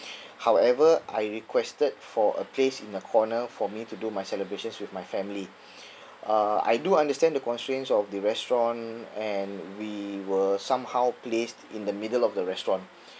however I requested for a place in a corner for me to do my celebrations with my family uh I do understand the constraints of the restaurant and we were somehow placed in the middle of the restaurant